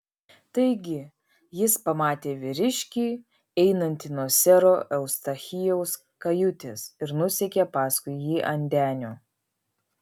taigi jis pamatė vyriškį einantį nuo sero eustachijaus kajutės ir nusekė paskui jį ant denio